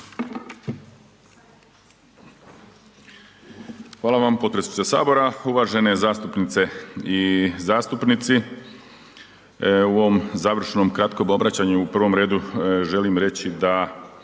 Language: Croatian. Hvala vam potpredsjedniče HS, uvažene zastupnice i zastupnici, u ovom završnom kratkom obraćanju u prvom redu želim reći da